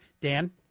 Dan